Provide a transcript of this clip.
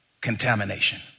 contamination